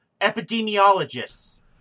epidemiologists